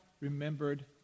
remembered